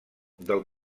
del